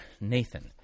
Nathan